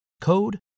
code